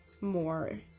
more